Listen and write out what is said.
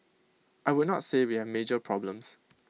I would not say we have major problems